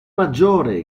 maggiore